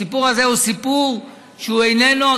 הסיפור הזה הוא סיפור שהוא איננו,